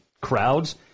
crowds